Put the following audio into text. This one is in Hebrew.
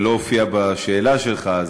זה לא הופיע בשאלה שלך,